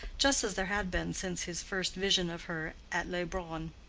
just as there had been since his first vision of her at leubronn.